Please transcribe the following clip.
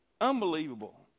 Unbelievable